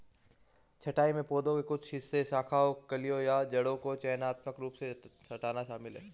छंटाई में पौधे के कुछ हिस्सों शाखाओं कलियों या जड़ों को चयनात्मक रूप से हटाना शामिल है